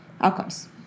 outcomes